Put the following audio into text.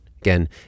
Again